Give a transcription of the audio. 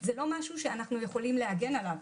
זה לא משהו שאנחנו יכולים להגן עליו.